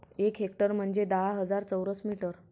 एक हेक्टर म्हंजे दहा हजार चौरस मीटर